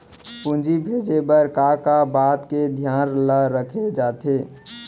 पूंजी भेजे बर का का बात के धियान ल रखे जाथे?